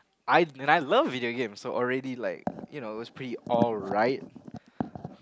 I and I love video games so already like you know it was pretty all right